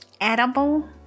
edible